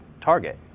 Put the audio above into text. target